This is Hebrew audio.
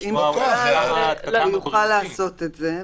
אם בכלל, הוא יוכל לעשות את זה.